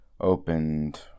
opened